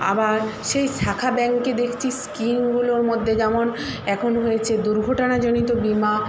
আবার সেই শাখা ব্যাংকে দেখছি স্কিমগুলোর মধ্যে যেমন এখন হয়েছে দুর্ঘটনাজনিত বিমা